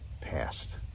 past